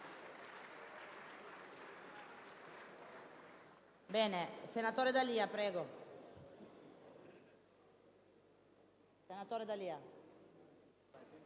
senatore D'Alia.